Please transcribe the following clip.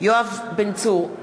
יואב בן צור,